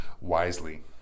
wisely